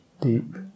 deep